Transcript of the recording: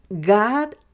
God